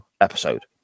episode